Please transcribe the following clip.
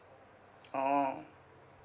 orh